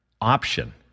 option